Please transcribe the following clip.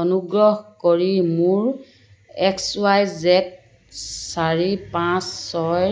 অনুগ্ৰহ কৰি মোৰ এক্স ৱাই জেদ চাৰি পাঁচ ছয়ৰ